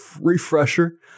refresher